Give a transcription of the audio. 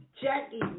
Jackie